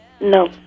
No